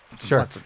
Sure